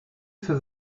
für